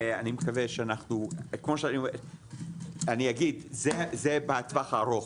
ואני מקווה שאנחנו, אני אגיד, זה בטווח הארוך.